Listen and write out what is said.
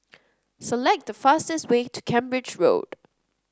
select the fastest way to Cambridge Road